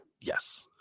Yes